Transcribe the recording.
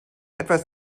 etwas